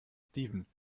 steven